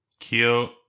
Cute